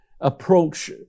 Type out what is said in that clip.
approach